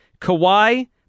Kawhi